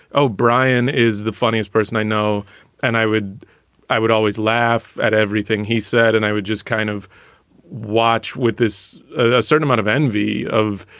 o'brien is the funniest person i know and i would i would always laugh at everything he said. and i would just kind of watch with this a certain amount of envy of,